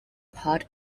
part